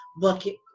bucket